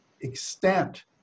extent